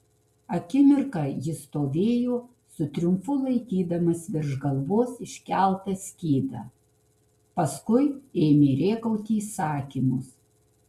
akimirką jis stovėjo su triumfu laikydamas virš galvos iškeltą skydą paskui ėmė rėkauti įsakymus